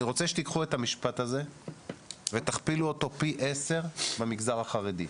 אני רוצה שתיקחו את המשפט הזה ותכפילו אותו פי עשרה במגזר החרדי.